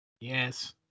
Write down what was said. yes